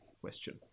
question